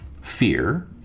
fear